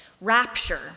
rapture